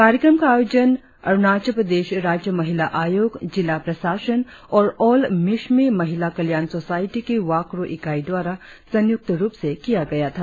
कार्यक्रम का आयोजन अरुणाचल प्रदेश राज्य महिला आयोग जिला प्रशासन और ऑल मिश्मी महिला कल्याण सोसायटी की वाक्क्रो इकाई द्वारा संयुक्त रुप से किया गया था